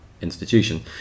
institution